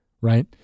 right